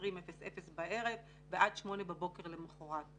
20:00 בערב ועד 08:00 בבוקר למחרת.